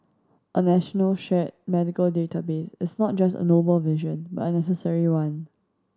a national shared medical database is not just a noble vision but a necessary one